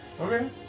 Okay